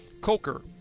Coker